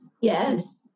Yes